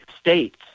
States